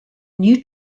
new